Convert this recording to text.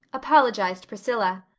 apologized priscilla,